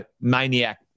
maniac